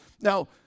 Now